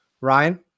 Ryan